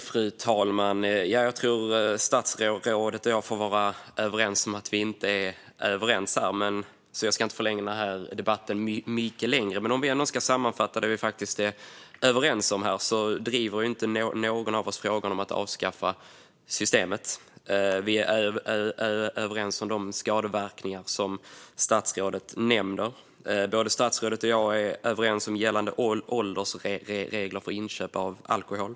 Fru talman! Jag tror att statsrådet och jag får vara överens om att vi inte är överens, så jag ska inte förlänga den här debatten så mycket mer. Men för att sammanfatta det vi faktiskt är överens om: Ingen av oss driver frågan om att avskaffa Systemet. Vi är överens beträffande de skadeverkningar som statsrådet nämner. Statsrådet och jag är överens gällande åldersregler för inköp av alkohol.